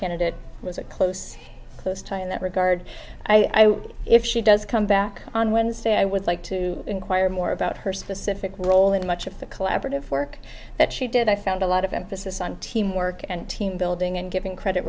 candidate was a close close tie in that regard i if she does come back on wednesday i would like to inquire more about her specific role and much of the collaborative work that she did i found a lot of emphasis on teamwork and team building and giving credit